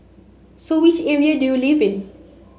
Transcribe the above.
so which area do you live in